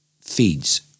feeds